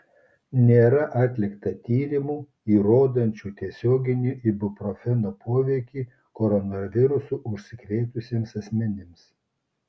nėra atlikta tyrimų įrodančių tiesioginį ibuprofeno poveikį koronavirusu užsikrėtusiems asmenims